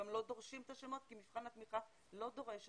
לא דורשים את השמות כי מבחן התמיכה לא דורש זאת.